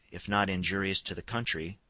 if not injurious to the country,